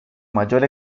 mayor